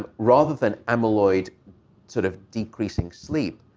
rather than amyloid sort of decreasing sleep,